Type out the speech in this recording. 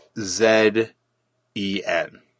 Z-E-N